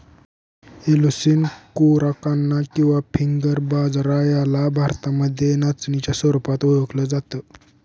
Eleusine coracana किंवा finger बाजरा याला भारतामध्ये नाचणीच्या स्वरूपात ओळखल जात